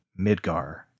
Midgar